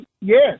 yes